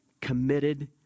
committed